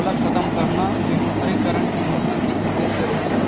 ओला खतम करना विमुद्रीकरन के नीति के उद्देश्य रिहिस